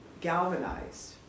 galvanized